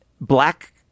black